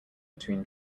between